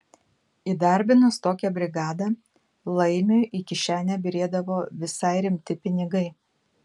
įdarbinus tokią brigadą laimiui į kišenę byrėdavo visai rimti pinigai